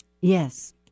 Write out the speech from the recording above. Yes